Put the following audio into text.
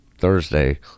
thursday